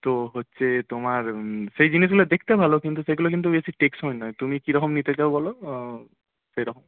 তো হচ্ছে তোমার সেই জিনিসগুলো দেখতে ভালো কিন্তু সেগুলো কিন্তু বেশি টেকসই নয় তুমি কীরকম নিতে চাও বলো সেরকম